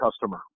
customer